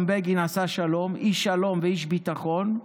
גם בגין עשה שלום, איש שלום ואיש ביטחון.